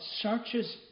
searches